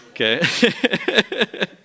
Okay